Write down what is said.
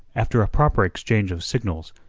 after a proper exchange of signals,